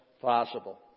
possible